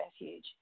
refuge